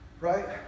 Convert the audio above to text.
right